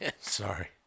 sorry